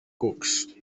cucs